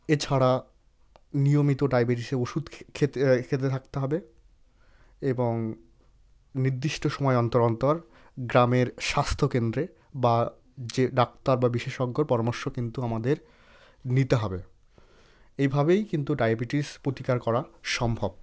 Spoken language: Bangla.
এছাড়া নিয়মিত ডায়বেটিসের ওষুধ খেতে এ খেতে থাকতে হবে এবং নির্দিষ্ট সময় অন্তর অন্তর গ্রামের স্বাস্থ্যকেন্দ্রে বা যে ডাক্তার বা বিশেষজ্ঞর পরামর্শ কিন্তু আমাদের নিতে হবে এইভাবেই কিন্তু ডায়বেটিস প্রতিকার করা সম্ভব